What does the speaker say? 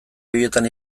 horietan